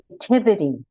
creativity